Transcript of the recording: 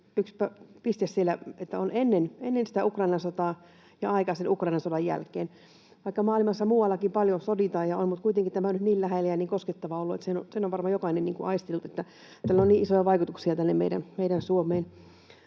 yksi piste siellä se, että on ennen Ukrainan sotaa ja aika Ukrainan sodan jälkeen. Vaikka maailmassa muuallakin paljon soditaan ja on, mutta kuitenkin tämä on nyt niin lähellä ja niin koskettavaa ollut, että sen on varmaan jokainen aistinut, että tällä on isoja vaikutuksia tänne meidän Suomeen.